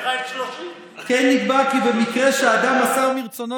לך יש 30. כמו כן נקבע כי במקרה שאדם מסר מרצונו